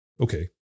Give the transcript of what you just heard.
okay